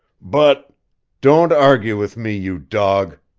but don't argue with me, you dog!